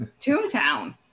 Toontown